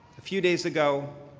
a few days ago,